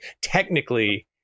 technically